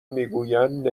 میگویند